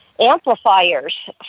amplifiers